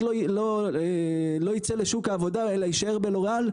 לא ייצא לשוק העבודה אלא יישאר בלוריאל,